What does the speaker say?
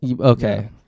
okay